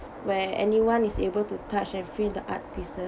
where anyone is able to touch and feel the art piece~